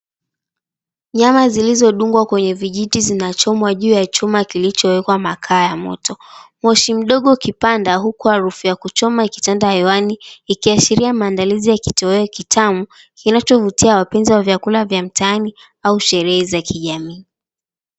Nyama zilizodungwa kwenye vijiti zinachomwa juu ya chuma kilichowekwa makaa ya moto. Moshi mdogo ukipanda huku harufu ya kuchoma ikitanda hewani, ikiashiria maandalizi ya kitoweo kitamu, kinachowavutia wapenzi wa nyakula ya mtaani, au sherehe za kijamii.